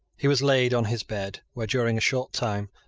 he was laid on his bed, where, during a short time,